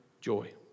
joy